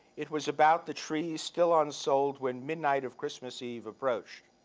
it was about the trees still unsold when midnight of christmas eve approached.